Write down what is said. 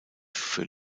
für